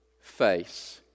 face